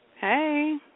Hey